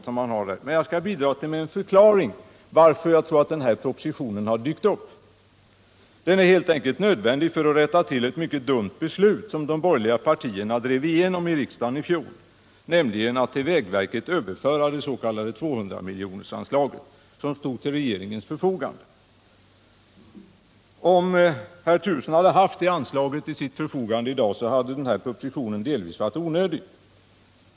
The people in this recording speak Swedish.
Jag skall bidra med ett försök till förklaring av varför denna proposition har dykt upp. Den är helt enkelt nödvändig för att rätta till ett mycket dumt beslut som de borgerliga partierna drev igenom i riksdagen i fjol, nämligen att till vägverket överföra det s.k. 200 miljonersanslaget, som stod till regeringens förfogande. Om herr Turesson haft detta anslag till sin disposition i dag, hade propositionen delvis varit onödig.